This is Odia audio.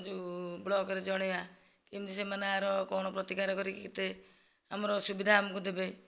ଯେଉଁ ବ୍ଲକରେ ଜଣାଇବା କେମିତି ସେମାନେ ଆର କଣ ପ୍ରତିକାର କରିକି କେତେ ଆମର ସୁବିଧା ଆମକୁ ଦେବେ